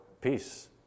peace